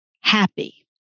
happy